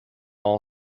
all